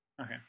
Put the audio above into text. Okay